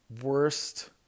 Worst